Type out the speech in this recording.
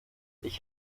ich